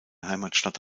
heimatstadt